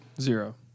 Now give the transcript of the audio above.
Zero